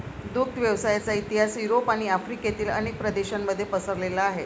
दुग्ध व्यवसायाचा इतिहास युरोप आणि आफ्रिकेतील अनेक प्रदेशांमध्ये पसरलेला आहे